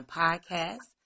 podcast